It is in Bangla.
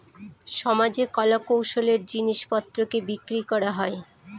সমাজে কলা কৌশলের জিনিস পত্রকে বিক্রি করা হয়